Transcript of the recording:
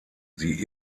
sie